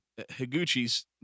higuchi's